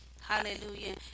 Hallelujah